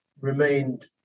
remained